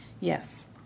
Yes